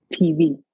TV